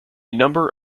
number